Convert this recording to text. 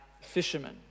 fishermen